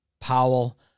Powell